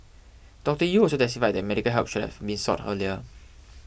Doctor Yew also testified that medical help should have been sought earlier